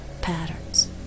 patterns